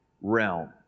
realm